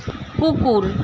কুকুর